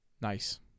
Nice